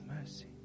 mercy